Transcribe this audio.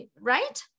right